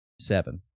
Seven